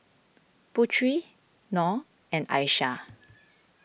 Putri Nor and Aishah